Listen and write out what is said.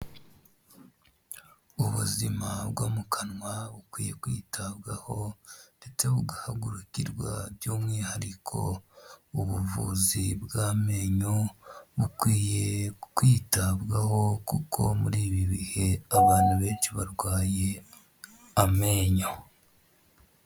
Ubuzima bwo mu kanwa bukwiye kwitabwaho, ndetse bugahagurukirwa by'umwihariko ubuvuzi bw'amenyo, bukwiye kwitabwaho kuko muri ibi bihe abantu benshi barwaye amenyo.